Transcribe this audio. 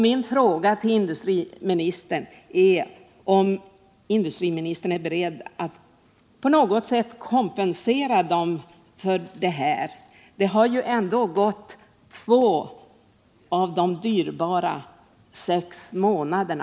Min fråga blir: Är industriministern beredd att på något sätt kompensera Algotssömmerskorna för detta? Det har ju nu också gått två av de dyrbara sex månaderna.